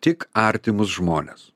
tik artimus žmones